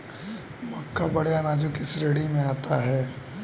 मक्का बड़े अनाजों की श्रेणी में आता है